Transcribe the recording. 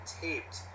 taped